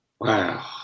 Wow